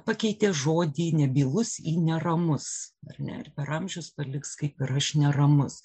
pakeitė žodį nebylus į neramus ar ne ir per amžius paliks kaip ir aš neramus